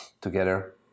together